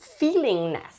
feelingness